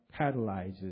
catalyzes